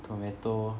tomato